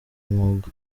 mwuga